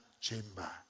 chamber